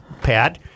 Pat